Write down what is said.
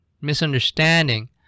misunderstanding